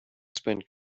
spend